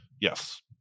Yes